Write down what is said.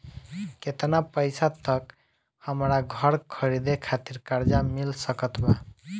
केतना पईसा तक हमरा घर खरीदे खातिर कर्जा मिल सकत बा?